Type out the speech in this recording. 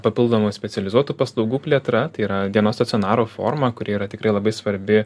papildomų specializuotų paslaugų plėtra tai yra dienos stacionaro forma kuri yra tikrai labai svarbi